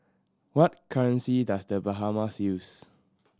what currency does The Bahamas use